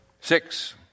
Six